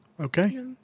Okay